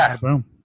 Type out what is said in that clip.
boom